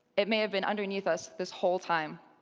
it may have been underneath us this whole time.